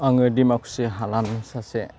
आङो दिमाकुसि हालामनि सासे